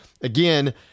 Again